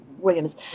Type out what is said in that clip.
Williams